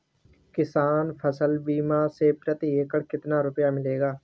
किसान फसल बीमा से प्रति एकड़ कितना रुपया मिलेगा?